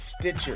Stitcher